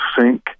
sink